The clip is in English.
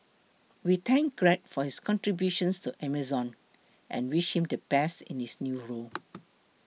we thank Greg for his contributions to Amazon and wish him the best in his new role